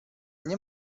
nie